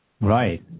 Right